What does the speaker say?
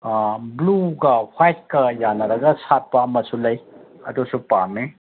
ꯕ꯭ꯂꯨꯒ ꯋꯥꯏꯠꯀ ꯌꯥꯟꯅꯔꯒ ꯁꯥꯠꯄ ꯑꯃꯁꯨ ꯂꯩ ꯑꯗꯨꯁꯨ ꯄꯥꯝꯃꯤ